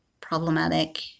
problematic